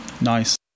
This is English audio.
nice